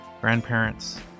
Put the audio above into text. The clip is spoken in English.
grandparents